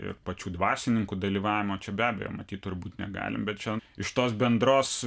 ir pačių dvasininkų dalyvavimo čia be abejo matyt turbūt negalim bet čia iš tos bendros